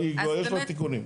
היא כבר יש לה תיקונים.